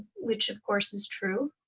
which of course, is true,